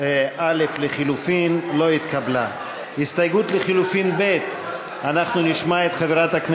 לחלופין (א) של קבוצת סיעת מרצ,